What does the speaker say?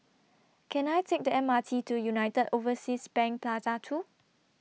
Can I Take The M R T to United Overseas Bank Plaza two